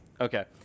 Okay